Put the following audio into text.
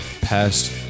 past